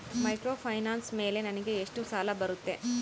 Microfinance ಮೇಲೆ ನನಗೆ ಎಷ್ಟು ಸಾಲ ಬರುತ್ತೆ?